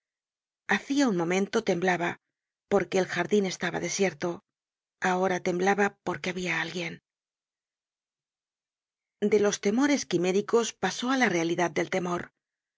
hacia un momento temblaba porque el jardin estaba desierto ahora temblaba porque habia alguien de los temores quiméricos pasó ú la realidad del temor